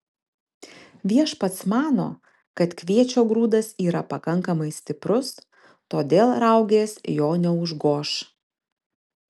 viešpats mano kad kviečio grūdas yra pakankamai stiprus todėl raugės jo neužgoš